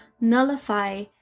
nullify